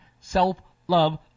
self-love